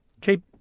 keep